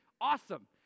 awesome